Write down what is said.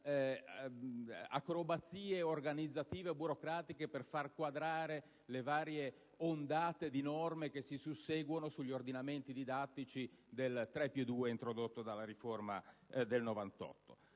acrobazie organizzative e burocratiche per far quadrare le varie ondate di norme che si susseguono sugli ordinamenti didattici del «3 più 2» introdotto dalla riforma del 1998.